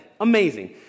Amazing